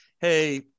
Hey